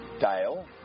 Dale